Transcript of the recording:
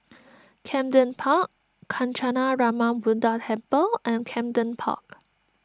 Camden Park Kancanarama Buddha Temple and Camden Park